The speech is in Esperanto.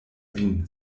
vin